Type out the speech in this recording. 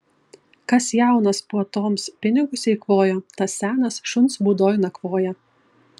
kas jaunas puotoms pinigus eikvojo tas senas šuns būdoj nakvoja